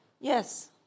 yes